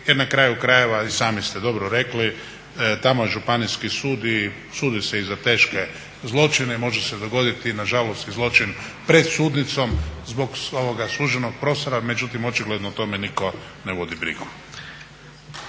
Jer na kraju krajeva i sami ste dobro rekli tamo je županijski sud i sudi se i za teške zločine. Može se dogoditi nažalost i zločin pred sudnicom zbog suđenog …/Govornik se ne razumije./… međutim očigledno o tome nitko ne vodi brigu.